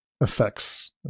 effects